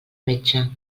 metge